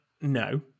no